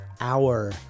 Hour